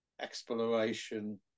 exploration